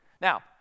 Now